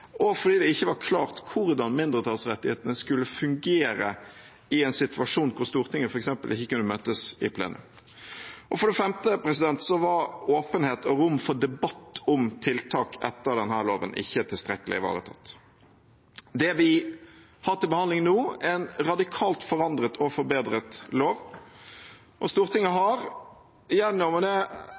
og fordi det ikke var klart hvordan mindretallsrettighetene skulle fungere i en situasjon hvor Stortinget f.eks. ikke kunne møtes i plenum. For det femte var åpenhet og rom for debatt om tiltak etter denne loven ikke tilstrekkelig ivaretatt. Det vi har til behandling nå, er en radikalt forandret og forbedret lov. Stortinget har gjennom – og det